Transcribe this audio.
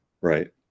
Right